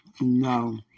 No